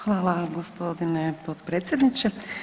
Hvala gospodine potpredsjedniče.